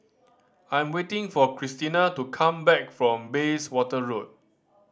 I am waiting for Christina to come back from Bayswater Road